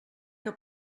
que